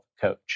coach